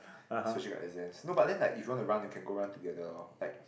Soji got exams no but then like if you want to run you can go run together orh like